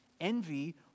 Envy